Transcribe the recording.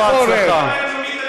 ללא הצלחה.